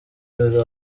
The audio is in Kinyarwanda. hari